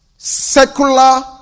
secular